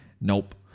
Nope